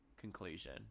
conclusion